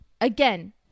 Again